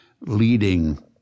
leading